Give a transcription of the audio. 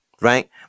Right